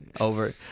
over